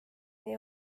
nii